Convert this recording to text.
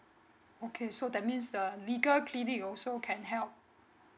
okay so that means the legal clinic also can help